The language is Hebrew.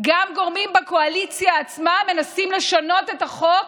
גם גורמים בקואליציה עצמה מנסים לשנות את החוק,